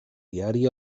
diari